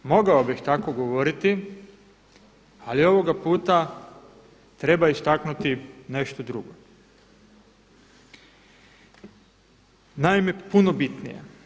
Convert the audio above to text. Mogao bih tako govoriti ali ovoga puta treba istaknuti nešto drugo, naime puno bitnije.